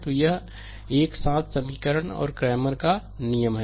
तो यह एक साथ समीकरण और क्रैमर का नियम है